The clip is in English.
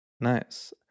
Nice